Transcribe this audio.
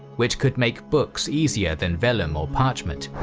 which could make books easier than vellum or parchment.